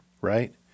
Right